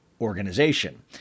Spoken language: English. organization